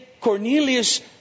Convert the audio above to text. Cornelius